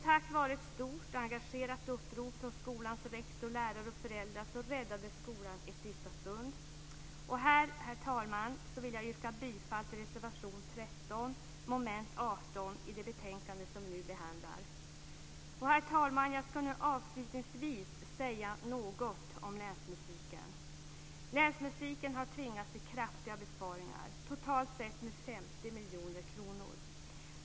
Tack vare ett stort och engagerat upprop från skolans rektor, lärare och föräldrar räddades skolan i sista stund. Herr talman! Jag vill yrka bifall till reservation nr 13 under mom. 18 i det betänkande som vi nu behandlar. Herr talman! Jag kommer nu avslutningsvis att säga något om länsmusiken. Länsmusiken har tvingats till kraftiga besparingar, totalt sett med 50 miljoner kronor.